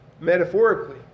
metaphorically